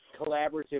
collaborative